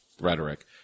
rhetoric